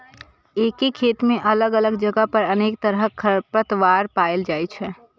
एके खेत मे अलग अलग जगह पर अनेक तरहक खरपतवार पाएल जाइ छै